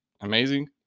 amazing